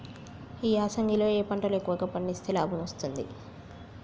ఈ యాసంగి లో ఏ పంటలు ఎక్కువగా పండిస్తే లాభం వస్తుంది?